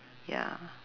ya